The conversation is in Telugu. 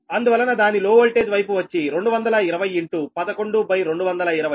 అందువలన దాని లో వోల్టేజ్ వైపు వచ్చి 220 11220